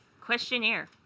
questionnaire